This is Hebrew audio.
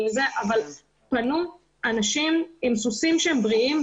אבל פנו אנשים עם סוסים שהם בריאים,